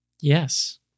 Yes